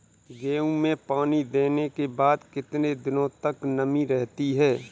गेहूँ में पानी देने के बाद कितने दिनो तक नमी रहती है?